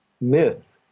myth